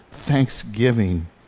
thanksgiving